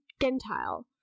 Gentile